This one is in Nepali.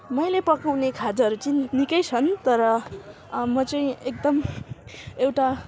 मैले पकाउने खाजाहरू चाहिँ निकै छन् तर म चाहिँ एकदम एउटा